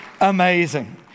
Amazing